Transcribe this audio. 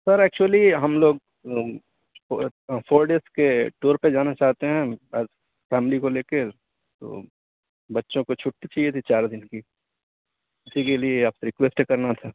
سر actually ہم لوگ four days کے ٹور پہ جانا چاہتے ہیں بس فیملی کو لے کر تو بچوں کو چھٹی چاہیے تھی چار دن کی اسی کے لئے آپ سے ریکویسٹ کرنا تھا